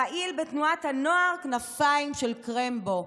פעיל בתנועת הנוער כנפיים של קרמבו,